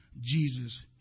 Jesus